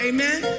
Amen